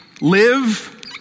live